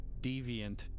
deviant